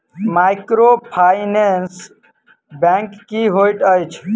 Microfinance bank की होइत अछि?